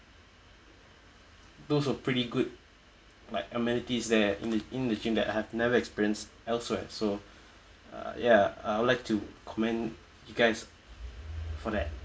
those were pretty good like amenities there in the in the gym that I have never experienced elsewhere so uh ya I would like to commend you guys for that